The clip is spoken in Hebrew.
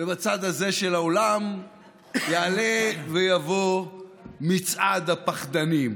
ובצד הזה של האולם יעלה ויבוא מצעד הפחדנים.